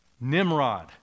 Nimrod